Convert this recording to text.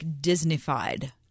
Disney-fied